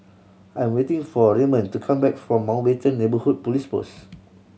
I am waiting for Raymon to come back from Mountbatten Neighbourhood Police Post